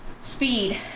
speed